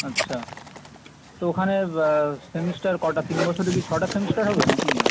আচ্ছা তো ওখানে সেমিস্টার কটা তিন বছরে কি ছটা সেমিস্টার হবে নাকি